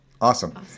awesome